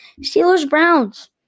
Steelers-Browns